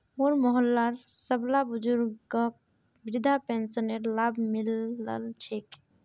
मोर मोहल्लार सबला बुजुर्गक वृद्धा पेंशनेर लाभ मि ल छेक